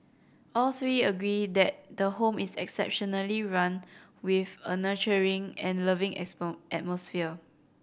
all three agree that the home is exceptionally run with a nurturing and loving atmosphere